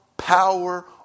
power